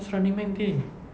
what's running man thing